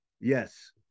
Yes